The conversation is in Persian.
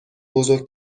بزرگ